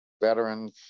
veterans